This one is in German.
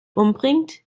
umbringt